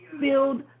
build